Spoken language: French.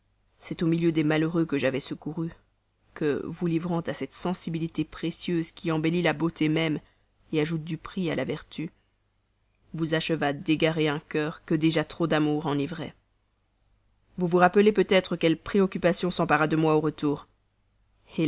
c'est au milieu des malheureux que j'avais secourus que vous livrant à cette sensibilité précieuse qui embellit la beauté même ajoute du prix à la vertu vous achevâtes d'égarer un cœur que déjà trop d'amour enivrait vous vous rappellerez peut-être quelle préoccupation s'empara de moi au retour